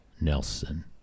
Nelson